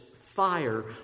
fire